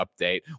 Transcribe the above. update